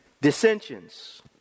Dissensions